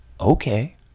okay